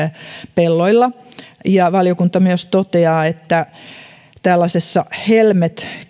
pelloilla valiokunta myös toteaa että helmet